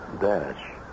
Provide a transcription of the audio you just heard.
Dash